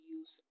use